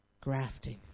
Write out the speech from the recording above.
grafting